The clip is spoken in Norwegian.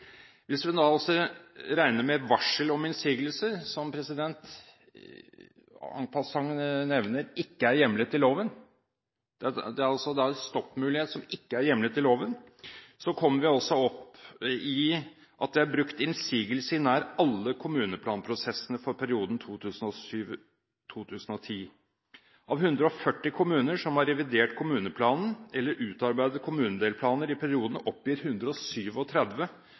Hvis vi også regner med varsel om innsigelse, en stoppmulighet, som – en passant – ikke er hjemlet i loven, kommer vi til at det er brukt innsigelser i nær alle kommuneplanprosessene for perioden 2007–2010. Av 140 kommuner som har revidert eller utarbeidet kommunedelplaner i perioden, oppgir 137 at det ble varslet eller fremmet innsigelser i planprosessen. Så det er rett og